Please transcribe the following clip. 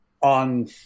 on